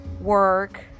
work